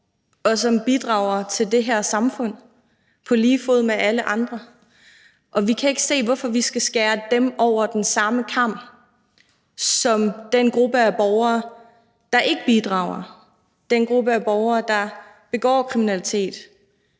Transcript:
der bidrager til det her samfund på lige fod med alle andre. Vi kan ikke se, hvorfor vi skal skære dem over den samme kam som den gruppe af borgere, der ikke bidrager, og den gruppe af borgere, der begår kriminalitet.